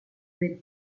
del